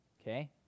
Okay